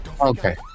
Okay